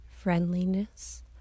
friendliness